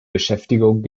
beschäftigung